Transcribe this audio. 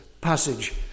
passage